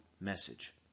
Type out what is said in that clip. message